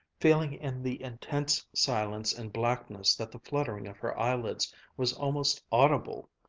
feeling in the intense silence and blackness that the fluttering of her eyelids was almost audible,